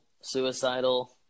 suicidal